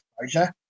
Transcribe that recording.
exposure